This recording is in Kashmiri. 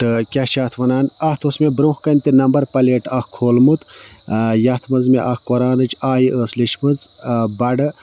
تہٕ کیٛاہ چھِ اَتھ وَنان اَتھ اوس مےٚ برٛونٛہہ کَنہِ تہِ نمبر پَلیٹ اَکھ کھولمُت یَتھ منٛز مےٚ اَکھ قرانٕچ آیہِ ٲس لیچھمٕژ بَڑٕ